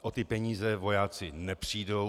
O ty peníze vojáci nepřijdou.